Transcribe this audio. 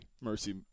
mercy